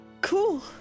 cool